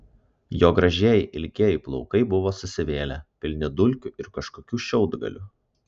jo gražieji ilgieji plaukai buvo susivėlę pilni dulkių ir kažkokių šiaudgalių